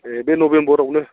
ए नभेम्बरावनो